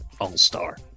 all-star